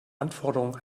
anforderungen